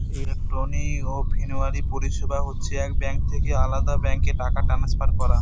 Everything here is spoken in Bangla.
ইলেকট্রনিক ক্লিয়ারিং পরিষেবা হচ্ছে এক ব্যাঙ্ক থেকে আলদা ব্যাঙ্কে টাকা ট্রান্সফার করা